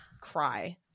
cry